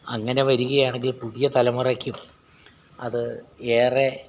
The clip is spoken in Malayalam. അങ്ങനെ വരികയാണെങ്കിൽ പുതിയതലമുറയ്ക്കും അത് ഏറെ